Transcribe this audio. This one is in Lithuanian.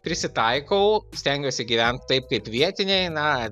prisitaikau stengiuosi gyvent taip kaip vietiniai na